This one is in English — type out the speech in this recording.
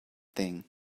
thing